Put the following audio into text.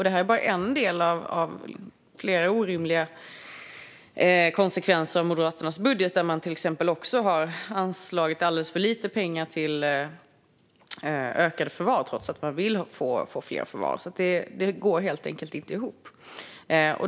Det här är bara en del av flera orimliga konsekvenser av Moderaternas budget, där man till exempel också har anslagit alldeles för lite pengar till ett ökat antal försvarsplatser trots att man vill få fler förvar. Det går helt enkelt inte ihop.